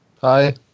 Hi